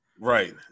Right